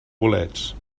bolets